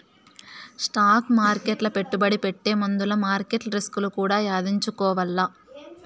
stock మార్కెట్ల పెట్టుబడి పెట్టే ముందుల మార్కెట్ల రిస్కులు కూడా యాదించుకోవాల్ల